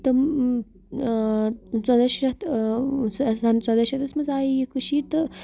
تہٕ ژۄداہ شیٚتھ سَنہٕ ژۄداہ شیٚتھَس منٛز آیے یہِ کٔشیٖرِ تہٕ